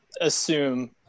assume